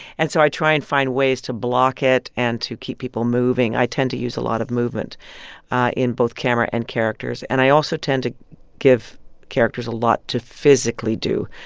and so i try and find ways to block it and to keep people moving. i tend to use a lot of movement in both camera and characters. and i also tend to give characters a lot to physically do.